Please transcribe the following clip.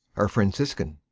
a franciscan.